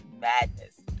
madness